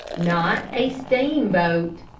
not a steamboat.